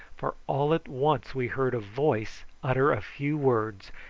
for all at once we heard a voice utter a few words,